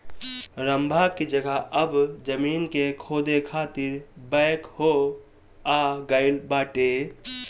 रम्भा की जगह अब जमीन के खोदे खातिर बैकहो आ गईल बाटे